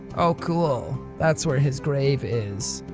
oh cool! that's where his grave is!